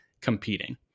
competing